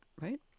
right